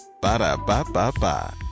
Ba-da-ba-ba-ba